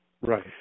Right